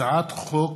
הצעת חוק